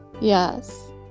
Yes